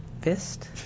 Fist